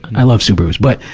i love subarus. but,